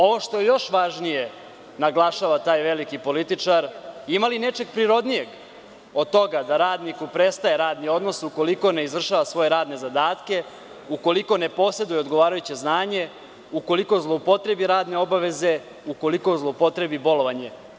Ono što je još važnije, naglašava taj veliki političar, ima li nečeg prirodnijeg od toga da radniku prestaje radni odnos ukoliko ne izvršava svoje radne zadatke, ukoliko ne poseduje odgovarajuće znanje, ukoliko zloupotrebi radne obaveze, ukoliko zloupotrebi bolovanje?